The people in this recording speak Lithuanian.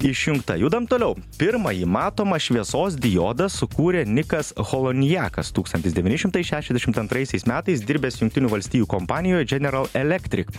išjungta judam toliau pirmąjį matomą šviesos diodą sukūrė nikas holonjakas tūkstantis devyni šimtai šešiasdešimt antraisiais metais dirbęs jungtinių valstijų kompanijoj dženeral electrik